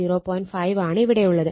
5 ആണ് ഇവിടെയുള്ളത്